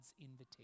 invitation